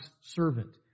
servant